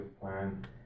plan